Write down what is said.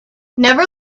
never